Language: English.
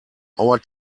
our